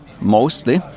mostly